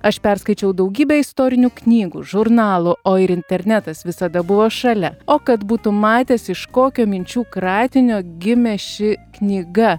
aš perskaičiau daugybę istorinių knygų žurnalų o ir internetas visada buvo šalia o kad būtum matęs iš kokio minčių kratinio gimė ši knyga